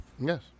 Yes